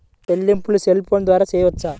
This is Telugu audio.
చెల్లింపులు సెల్ ఫోన్ ద్వారా చేయవచ్చా?